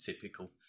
typical